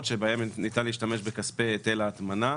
שבהן ניתן להשתמש בכספי היטל ההטמנה.